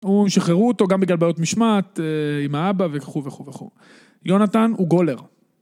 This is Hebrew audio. הוא שחררו אותו גם בגלל בעיות משמעת עם האבא וכו וכו וכו. יונתן הוא גולר